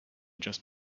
just